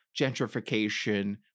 gentrification